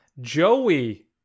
Joey